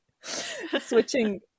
Switching